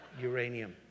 Uranium